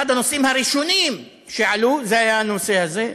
אחד הנושאים הראשונים שעלו היה הנושא הזה.